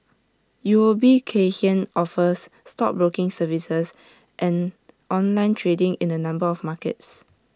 U O B Kay Hian offers stockbroking services and online trading in A number of markets